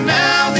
now